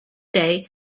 day